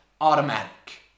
automatic